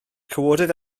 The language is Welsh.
cawodydd